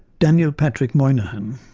daniel patrick moynihan,